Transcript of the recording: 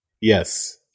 Yes